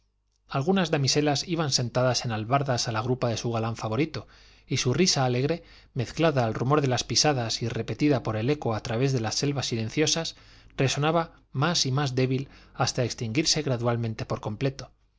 algunas damiselas iban sentadas en albardas a la grupa de su galán favorito y su risa alegre mezclada al rumor de las pisadas y repetida por el eco a través de las selvas silenciosas resonaba más y más débil hasta extinguirse gradualmente por completo